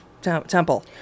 Temple